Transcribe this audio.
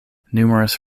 numerous